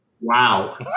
Wow